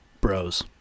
Bros